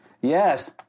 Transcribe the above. Yes